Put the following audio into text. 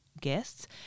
guests